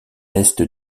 est